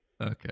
Okay